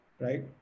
right